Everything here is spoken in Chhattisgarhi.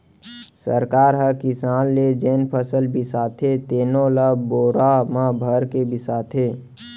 सरकार ह किसान ले जेन फसल बिसाथे तेनो ल बोरा म भरके बिसाथे